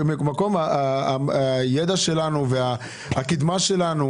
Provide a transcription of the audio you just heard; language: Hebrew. במקום לקבל מענק של 50 אחוזים,